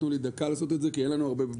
תנו לי דקה לעשות את זה כי אין לנו הרבה ברירות.